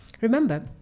Remember